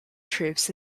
troops